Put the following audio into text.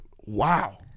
wow